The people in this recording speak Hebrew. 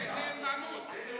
נאמנות.